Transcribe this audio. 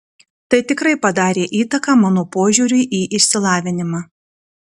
tai tikrai padarė įtaką mano požiūriui į išsilavinimą